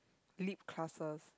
lit classes